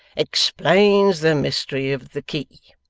explains the mystery of the key